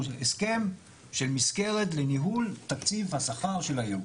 הוא הסכם של מסגרת לניהול תקציב השכר של הארגון.